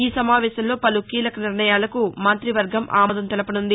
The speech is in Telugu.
ఈ సమావేశంలో పలు కీలక నిర్ణయాలకు మంత్రివర్గం ఆమోదం తెలుపనున్నది